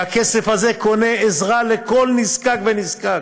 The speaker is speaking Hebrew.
והכסף הזה קונה עזרה לכל נזקק ונזקק,